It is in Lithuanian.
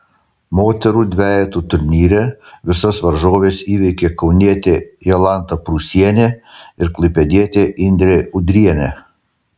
moterų dvejetų turnyre visas varžoves įveikė kaunietė jolanta prūsienė ir klaipėdietė indrė udrienė